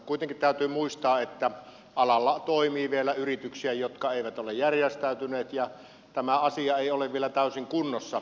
kuitenkin täytyy muistaa että alalla toimii vielä yrityksiä jotka eivät ole järjestäytyneet ja tämä asia ei ole vielä täysin kunnossa